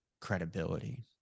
credibility